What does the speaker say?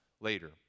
later